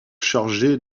chargé